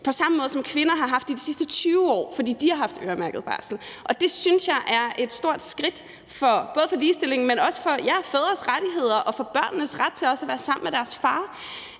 på samme måde, som kvinder har haft det de sidste 20 år, for de har haft øremærket barsel. Det synes jeg er et stort skridt både for ligestillingen, men også for fædres rettigheder og for børnenes ret til også at være sammen med deres far.